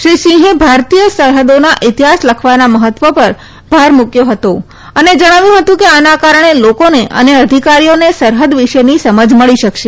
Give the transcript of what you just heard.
શ્રી સિંહે ભારતીય સરહદોના ઇતિહાસ લખવાના મહત્વ પર ભાર મૂક્યો હતો અને જણાવ્યું હતું કે આના કારણે લોકોને અને અધિકારીઓને સરહદ વિશેની સમજ મળી શકશે